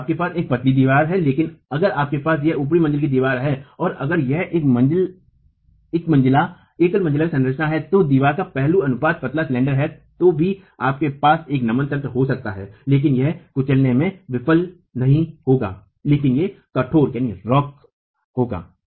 तो आपके पास एक पतली दीवार है लेकिन अगर आपके पास यह उपरी मंजिल की दीवार है या अगर यह एक एकल मंजिला संरचना है और दीवार का पहलू अनुपात पतला है तो भी आपके पास एक नमन तंत्र हो सकता है लेकिन यह कुचलने में विफल नहीं होगा लेकिन यह कठोर होगा